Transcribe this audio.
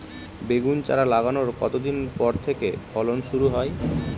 বেগুন চারা লাগানোর কতদিন পর থেকে ফলন শুরু হয়?